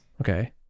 Okay